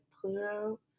Pluto